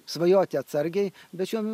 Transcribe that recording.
svajoti atsargiai bet šiuo